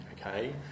okay